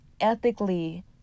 ethically